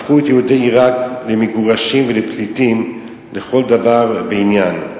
הפכו את יהודי עירק למגורשים ולפליטים לכל דבר ועניין.